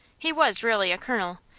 he was really a colonel,